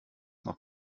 noch